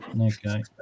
okay